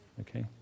Okay